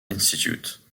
institute